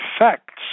effects